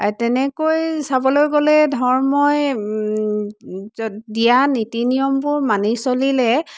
তেনেকৈ চাবলৈ গ'লে ধৰ্মই য দিয়া নীতি নিয়মবোৰ মানি চলিলে